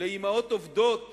לאמהות עובדות